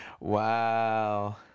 Wow